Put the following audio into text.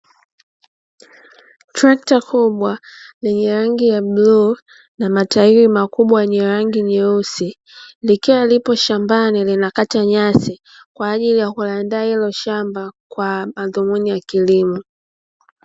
Trekta kubwa lenye rangi ya bluu na matairi makubwa yenye rangi nyeusi likiwa lipo shambani linakata nyasi. kwa ajili ya kuliandaa hilo shamba kwa madhumuni ya kilimo.